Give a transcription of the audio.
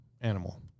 animal